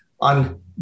on